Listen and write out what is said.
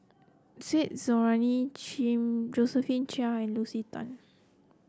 Said Zahari Josephine Chia and Lucy Tan